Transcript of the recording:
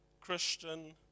Christian